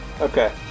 okay